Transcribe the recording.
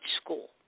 school